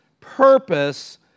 purpose